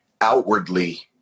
outwardly